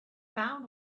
found